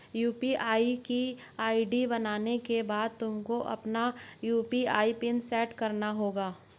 UPI की ID बनाने के बाद तुमको अपना यू.पी.आई पिन सैट करना होगा